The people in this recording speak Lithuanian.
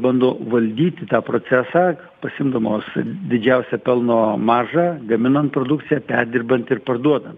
bando valdyti tą procesą pasiimdamos didžiausią pelno maržą gaminant produkciją perdirbant ir parduodant